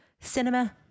Cinema